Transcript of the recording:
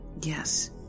Yes